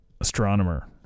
astronomer